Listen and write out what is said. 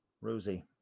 Rosie